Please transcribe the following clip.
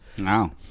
Wow